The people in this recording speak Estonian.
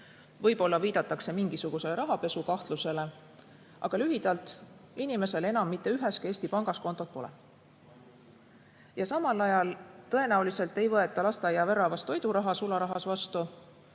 Võib-olla viidatakse mingisuguse rahapesukahtlusele. Aga lühidalt: inimesel enam mitte üheski Eesti pangas kontot pole. Samal ajal tõenäoliselt ei võeta lasteaiaväravas toiduraha sularahas vastu